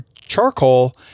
charcoal